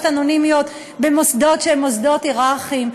אנונימיות במוסדות שהם מוסדות הייררכיים,